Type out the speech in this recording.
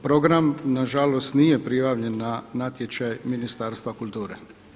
Program na žalost nije prijavljen na natječaj Ministarstva kulture.